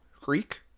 Greek